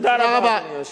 תודה רבה, אדוני היושב-ראש.